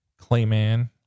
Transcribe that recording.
Clayman